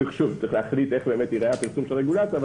צריך להחליט איך ייראה הפרסום של הרגולציה,